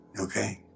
Okay